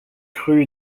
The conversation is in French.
rue